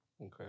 Okay